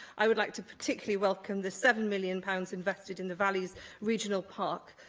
i would like to particularly welcome the seven million pounds invested in the valleys regional park.